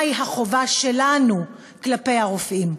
מהי החובה שלנו כלפי הרופאים?